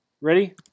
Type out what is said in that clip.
Ready